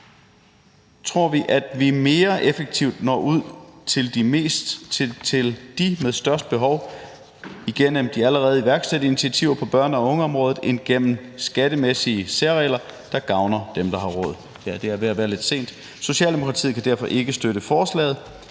tror vi, at vi mere effektivt når ud til dem med størst behov gennem de allerede iværksætte initiativer på børne- og ungeområdet end gennem skattemæssige særregler, der gavner dem, der har råd. Socialdemokratiet kan derfor ikke støtte forslaget,